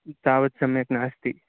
तावत् सम्यक् नास्ति